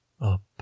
up